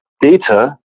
data